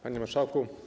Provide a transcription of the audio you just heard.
Panie Marszałku!